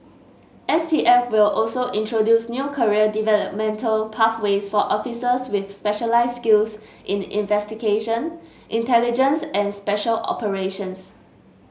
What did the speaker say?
S P F will also introduce new career developmental pathways for officers with specialised skills in investigation intelligence and special operations